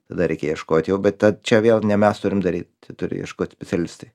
tada reikia ieškot jau bet ta čia vėl ne mes turim daryt turi ieškot specialistai